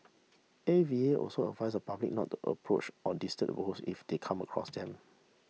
A V A also advised the public not to approach or disturb the boars if they come across them